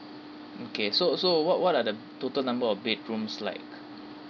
mm okay so so what what are the total number of bedrooms like